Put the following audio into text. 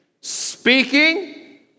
speaking